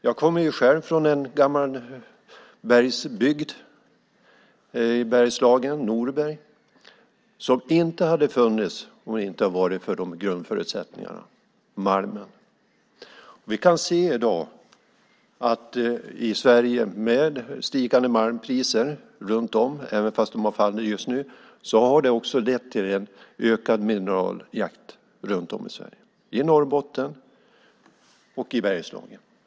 Jag kommer själv från gammal bergsbygd, Norberg i Bergslagen, som inte skulle ha funnits om det inte hade varit för grundförutsättningen malmen. Vi kan i dag se att stigande malmpriser - även om de har fallit just nu - har lett till en ökande mineraljakt runt om i Sverige, i Norrbotten och i Bergslagen.